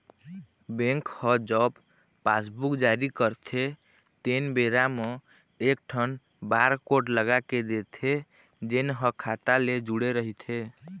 bank ह जब passbook जारी करथे तेन बेरा म एकठन बारकोड लगा के देथे जेन ह खाता ले जुड़े रहिथे